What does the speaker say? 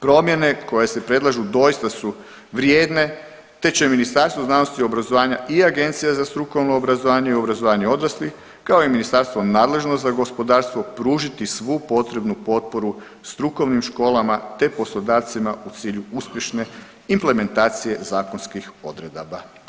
Promjene koje se predlažu doista su vrijedne, te će Ministarstvo znanosti i obrazovanja i Agencija za strukovno obrazovanje i obrazovanje odraslih kao i ministarstvo nadležno za gospodarstvo pružiti svu potrebnu potporu strukovnim školama, te poslodavcima u cilju uspješne implementacije zakonskih odredaba.